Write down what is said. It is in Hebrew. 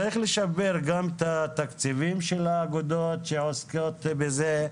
צריך לשפר גם את התקציבים של האגודות שעוסקות בזה.